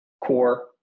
core